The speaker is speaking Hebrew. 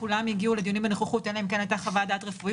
כולם הגיעו לדיונים בנוכחות אלא אם כן הייתה חוות דעת רפואית